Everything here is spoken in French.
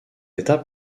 étape